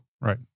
Right